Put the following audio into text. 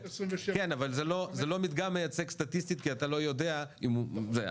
זה לא מדגם מייצג סטטיסטית כי אתה לא יודע --- לכן